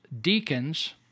deacons